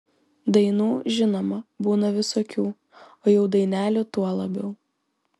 dainų žinoma būna visokių o jau dainelių tuo labiau